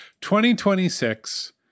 2026